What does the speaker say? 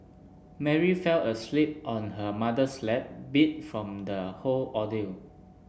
Mary fell asleep on her mother's lap beat from the whole ordeal